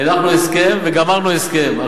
הנחנו הסכם וגמרנו הסכם.